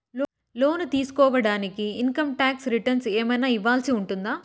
లోను తీసుకోడానికి income tax returns ఏమన్నా ఇవ్వాల్సి ఉంటుందా